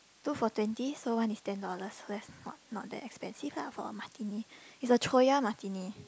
two for twenty so one is ten dollars so have not not that expensive lah for a martini it's a Choya martini